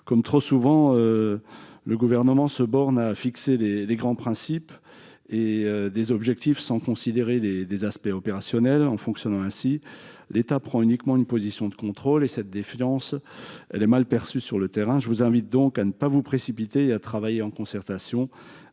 Comme trop souvent, le Gouvernement se borne à fixer de grands principes et des objectifs, sans considérer leurs aspects opérationnels. En fonctionnant ainsi, l'État prend uniquement une position de contrôle ; cette défiance est mal perçue sur le terrain. Je vous invite donc à ne pas vous précipiter et à travailler en concertation